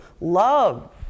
love